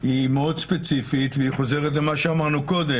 מאוד ספציפית, והיא חוזרת למה שאמרנו קודם.